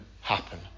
happen